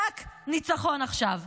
רק ניצחון עכשיו.